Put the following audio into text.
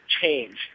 change